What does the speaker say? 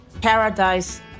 paradise